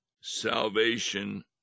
salvation